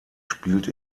spielt